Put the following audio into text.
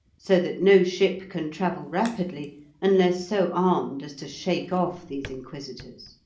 so that no ship can travel rapidly unless so armed as to shake off these inquisitors.